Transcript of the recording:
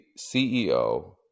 CEO